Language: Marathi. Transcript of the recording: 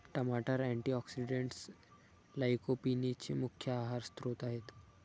टमाटर अँटीऑक्सिडेंट्स लाइकोपीनचे मुख्य आहार स्त्रोत आहेत